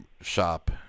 shop